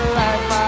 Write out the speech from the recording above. life